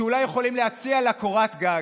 שאולי יכולות להציע לה קורת גג.